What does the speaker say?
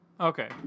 Okay